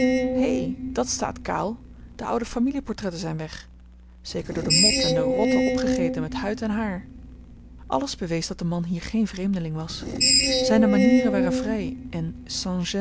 hé dat staat kaal de oude familieportretten zijn weg zeker door de mot en de rotten opgegeten met huid en haar alles bewees dat de man hier geen vreemdeling was zijne manieren waren vrij en